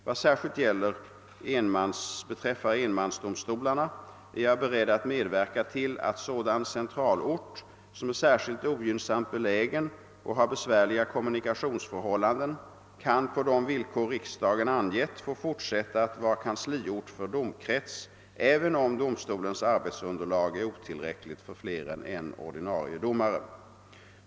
Vad särskilt beträffar enmansdomstolarna är jag beredd att medverka till att sådan centralort, som är särskilt ogynnsamt belägen och har besvärliga kommunikationsförhållanden, kan på de villkor riksdagen angett få fortsätta att vara kansliort för domkrets, även om domstolens arbetsunderlag är otillräckligt för fler än en ordinarie domare.